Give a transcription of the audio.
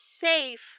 safe